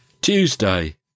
Tuesday